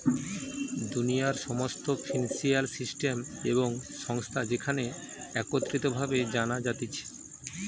দুনিয়ার সমস্ত financial system এবং সংস্থা যেখানে একত্রিত ভাবে জানা যাতিছে